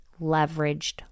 leveraged